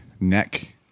neck